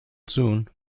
soon